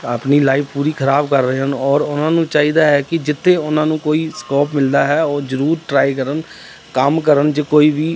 ਆਪਣੀ ਲਾਈਫ਼ ਪੂਰੀ ਖ਼ਰਾਬ ਕਰ ਰਹੇ ਹਨ ਔਰ ਉਹਨਾਂ ਨੂੰ ਚਾਹੀਦਾ ਹੈ ਕਿ ਜਿੱਥੇ ਉਹਨਾਂ ਨੂੰ ਕੋਈ ਸਕੋਪ ਮਿਲਦਾ ਹੈ ਉਹ ਜ਼ਰੂਰ ਟ੍ਰਾਈ ਕਰਨ ਕੰਮ ਕਰਨ 'ਚ ਕੋਈ ਵੀ